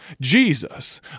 Jesus